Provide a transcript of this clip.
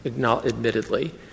admittedly